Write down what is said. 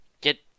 get